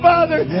Father